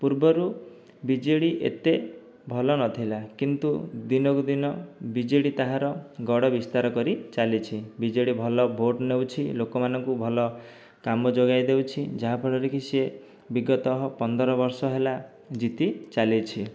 ପୂର୍ବରୁ ବିଜେଡ଼ି ଏତେ ଭଲ ନଥିଲା କିନ୍ତୁ ଦିନକୁ ଦିନ ବିଜେଡ଼ି ତାହାର ଗଡ଼ ବିସ୍ତାର କରିଚାଲିଛି ବିଜେଡ଼ି ଭଲ ଭୋଟ୍ ନେଉଛି ଲୋକମାନଙ୍କୁ ଭଲ କାମ ଯୋଗାଇଦଉଛି ଯାହାଫଳରେ କି ସିଏ ବିଗତଃ ପନ୍ଦର ବର୍ଷ ହେଲା ଜିତି ଚାଲିଛି